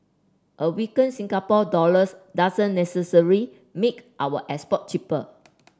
a weaker Singapore dollars doesn't necessarily make our export cheaper